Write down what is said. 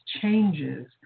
changes